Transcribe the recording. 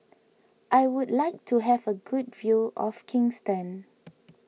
I would like to have a good view of Kingston